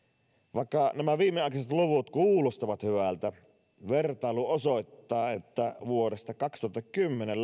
vaikka nämä viimeaikaiset luvut kuulostavat hyvältä vertailu osoittaa että vuodesta kaksituhattakymmenen